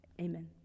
Amen